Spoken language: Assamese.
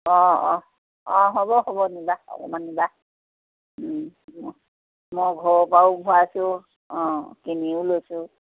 অঁ অঁ অঁ হ'ব হ'ব নিবা অকমান নিবা মই ঘৰৰ পৰাও ভৰাইছোঁ অঁ কিনিও লৈছোঁ